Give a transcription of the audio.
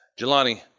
Jelani